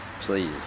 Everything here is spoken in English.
Please